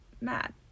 mad